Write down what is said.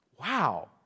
Wow